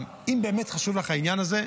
אם באמת חשוב לך העניין הזה,